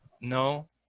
No